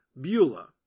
Beulah